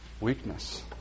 weakness